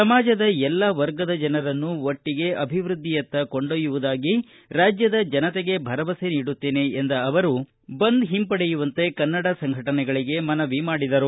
ಸಮಾಜದ ಎಲ್ಲಾ ವರ್ಗದ ಜನರನ್ನು ಒಟ್ಟಿಗೆ ಅಭಿವೃದ್ದಿಯತ್ತ ಕೊಂಡೊಯ್ಯುವುದಾಗಿ ರಾಜ್ದದ ಜನತೆಗೆ ಭರವಸೆ ನೀಡುತ್ತೇನೆ ಎಂದ ಅವರು ಬಂದ್ ಹಿಂಪಡೆಯುವಂತೆ ಕನ್ನಡ ಸಂಘಟನೆಗಳಿಗೆ ಮನವಿ ಮಾಡಿದ್ದಾರೆ